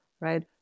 right